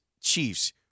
Chiefs